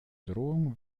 drohung